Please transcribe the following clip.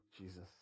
Jesus